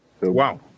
Wow